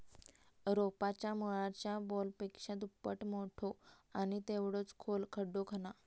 रोपाच्या मुळाच्या बॉलपेक्षा दुप्पट मोठो आणि तेवढोच खोल खड्डो खणा